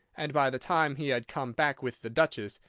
and by the time he had come back with the duchess,